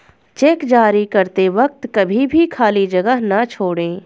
check जारी करते वक्त कभी भी खाली जगह न छोड़ें